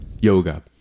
yoga